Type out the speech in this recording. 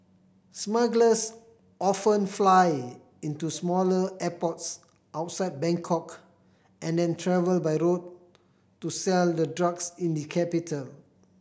smugglers often fly into smaller airports outside Bangkok and then travel by road to sell the drugs in the capital